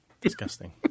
Disgusting